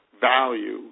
value